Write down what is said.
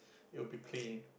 it will be clean